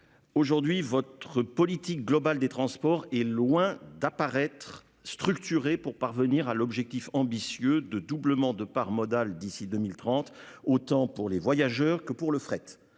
aujourd'hui votre politique globale des transports est loin d'apparaître structuré pour parvenir à l'objectif ambitieux de doublement de part modale d'ici 2030. Autant pour les voyageurs que pour le fret.